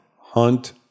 Hunt